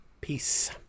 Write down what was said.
Peace